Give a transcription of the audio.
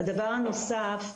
דבר נוסף,